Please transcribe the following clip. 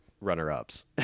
runner-ups